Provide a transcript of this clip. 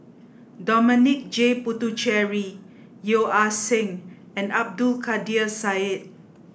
Dominic J Puthucheary Yeo Ah Seng and Abdul Kadir Syed